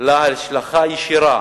לה השלכה ישירה